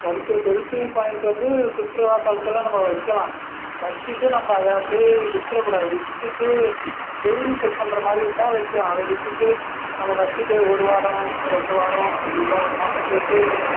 கருத்து selfie point வந்து சுற்றுலாத்தலத்தில் நம்ம வைக்கலாம் வச்சுட்டு நம்ப அதை அப்படியே விட்டுறக்கூடாது விட்டுவிட்டு டெய்லி செக் பண்ணுற மாதிரி இருந்தால் வைக்கலாம் அதை விட்டுவிட்டு நம்ம வச்சுட்டு ஒரு வாரம் ரெண்டு வாரம் அப்படி இல்லை ஒரு மாசம் போய்விட்டு